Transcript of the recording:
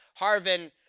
Harvin